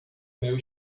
meu